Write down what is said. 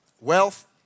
Wealth